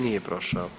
Nije prošao.